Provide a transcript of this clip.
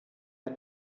der